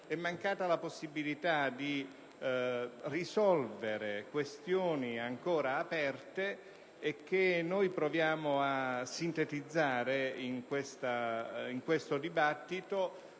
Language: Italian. è mancata la possibilità di risolvere questioni ancora aperte che noi proviamo a sintetizzare in questo dibattito